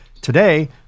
Today